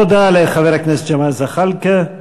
תודה לחבר הכנסת ג'מאל זחאלקה.